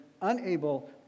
unable